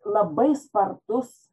labai spartus